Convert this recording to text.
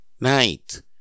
night